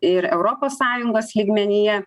ir europos sąjungos lygmenyje